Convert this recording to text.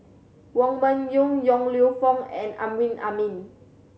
Wong Meng Voon Yong Lew Foong and Amrin Amin